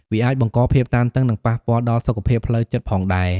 វាអាចបង្កភាពតានតឹង និងប៉ះពាល់ដល់សុខភាពផ្លូវចិត្តផងដែរ។